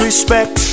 Respect